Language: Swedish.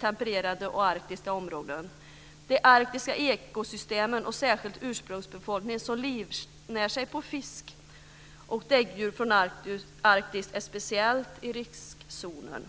tempererade och arktiska områden. De arktiska ekosystemen och ursprungsbefolkningen som livnär sig på fisk och däggdjur från Arktis är speciellt i riskzonen.